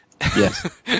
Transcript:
yes